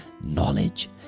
Knowledge